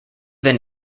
then